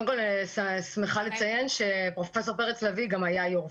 קודם כל אני שמחה לציין שפרופ' פרץ לביא גם היה יו"ר